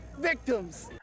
victims